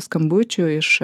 skambučių iš